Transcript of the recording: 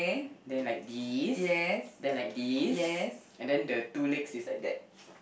then like this then like this and then the two legs is like that